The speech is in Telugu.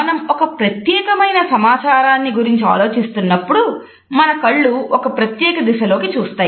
మనం ఒక ప్రత్యేకమైన సమాచారాన్ని గురించి ఆలోచిస్తున్నప్పుడు మన కళ్ళు ఒక ప్రత్యేక దిశలోనికి చూస్తాయి